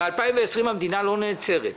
ב-2020 המדינה לא נעצרת.